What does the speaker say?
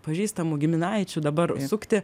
pažįstamų giminaičių dabar užsukti